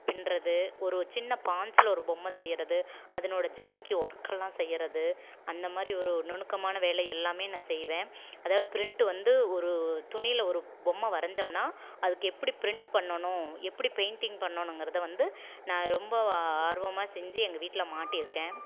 பின்னுறது ஒரு சின்ன பாஞ்சில் ஒரு பொம்மை செய்கிறது அதனோடய ஜமிக்கி ஒர்க்கெல்லாம் செய்கிறது அந்த மாதிரி ஒரு நுணுக்கமான வேலை எல்லாமே நான் செய்வேன் அதாவது ப்ரிண்ட் வந்து ஒரு துணியில் ஒரு பொம்மை வரைஞ்சோம்னா அதுக்கு எப்படி ப்ரிண்ட் பண்ணணும் எப்படி பெயிண்டிங் பண்ணணுங்கிறத வந்து நான் ரொம்ப ஆர்வமாக செஞ்சு எங்கள் வீட்டில் மாட்டியிருக்கேன்